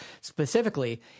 specifically